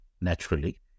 naturally